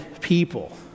people